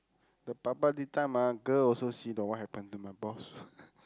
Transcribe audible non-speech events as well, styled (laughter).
the girl also see the what happen to my boss (laughs)